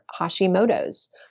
Hashimoto's